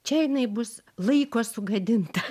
čia jinai bus laiko sugadinta